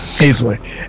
Easily